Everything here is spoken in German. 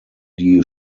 die